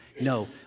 No